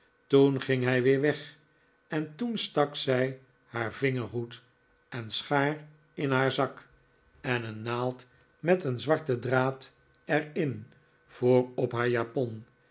toen ging hij weer weg en toen stak zij haai vingerhoed en schaar in haar zak en een naald met een zwarten draad er in voor op haar japon